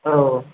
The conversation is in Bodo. औ